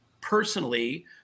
personally